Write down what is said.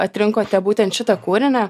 atrinkote būtent šitą kūrinį